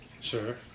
Sure